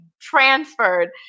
transferred